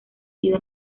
sido